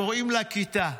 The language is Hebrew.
קוראים לה כיתה.